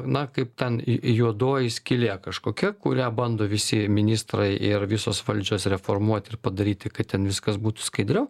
na kaip ten juodoji skylė kažkokia kurią bando visi ministrai ir visos valdžios reformuoti ir padaryti kad ten viskas būtų skaidriau